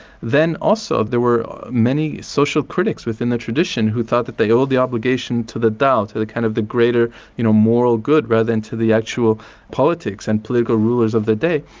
then also there were many social critics within the tradition who thought that they owed the obligation to the tao, to the kind of the greater you know moral good, rather than to the actual politics, and political rulers of the day.